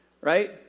Right